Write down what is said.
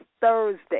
Thursday